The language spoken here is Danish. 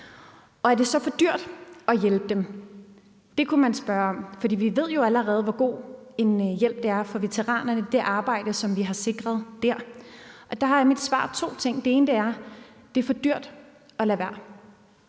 Er det så for dyrt at hjælpe dem? Det kunne man spørge om. For vi ved jo allerede, hvor god en hjælp det er for veteranerne med det arbejde, vi har sikret dér. Der er mit svar to ting. Det ene er, at det er for dyrt at lade være.